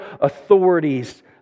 authorities